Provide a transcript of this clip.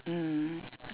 mm